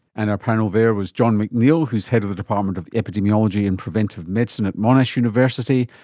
and our panel there was john mcneil who is head of the department of epidemiology and preventative medicine at monash university,